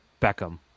Beckham